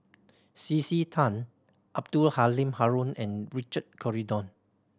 C C Tan Abdul Halim Haron and Richard Corridon